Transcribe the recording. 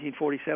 1947